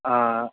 ಆಂ